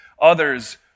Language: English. Others